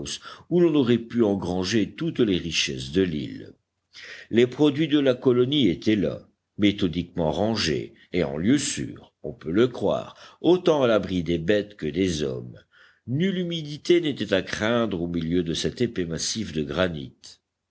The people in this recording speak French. où l'on aurait pu engranger toutes les richesses de l'île les produits de la colonie étaient là méthodiquement rangés et en lieu sûr on peut le croire autant à l'abri des bêtes que des hommes nulle humidité n'était à craindre au milieu de cet épais massif de granit